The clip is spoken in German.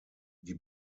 die